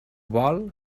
vol